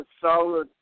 solid